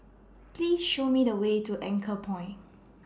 Please Show Me The Way to Anchorpoint